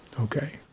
Okay